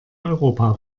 europa